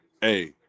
Hey